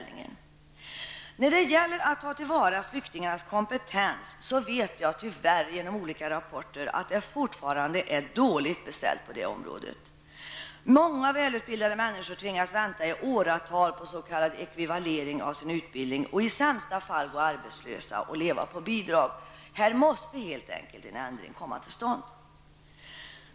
När det gäller att ta till vara flyktingarnas kompetens vet jag genom olika rapporter att det tyvärr fortfarande är dåligt beställt på det området. Många välutbildade människor tvingas vänta i åratal på s.k. ekvivalering av sin utbildning och i sämsta fall gå arbetslösa och leva på bidrag. Här måste helt enkelt en ändring komma till stånd!